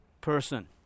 person